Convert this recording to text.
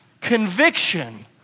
Conviction